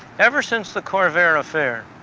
ever since the corvair affair,